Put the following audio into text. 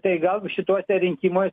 tai gal šituose rinkimuos